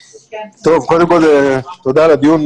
טוב, קודם כל תודה על הדיון,